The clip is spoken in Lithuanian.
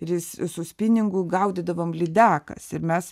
ir jis su spiningu gaudydavom lydekas ir mes